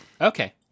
Okay